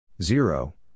Zero